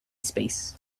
space